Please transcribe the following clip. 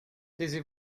taisez